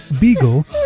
beagle